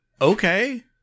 okay